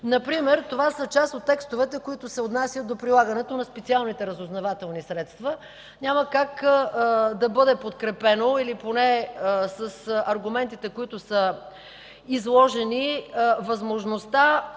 Например това са част от текстовете, които се отнасят до прилагането на специалните разузнавателни средства. Няма как да бъде подкрепена, или поне с аргументите, които са изложени, възможността